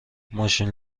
ماشین